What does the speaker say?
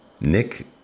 Nick